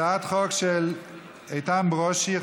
הצעת חוק של איתן ברושי,